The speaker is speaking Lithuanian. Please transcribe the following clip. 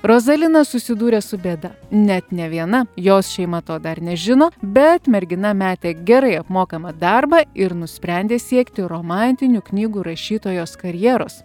rozalina susidūrė su bėda net ne viena jos šeima to dar nežino bet mergina metė gerai apmokamą darbą ir nusprendė siekti romantinių knygų rašytojos karjeros